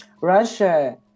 Russia